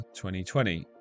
2020